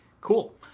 cool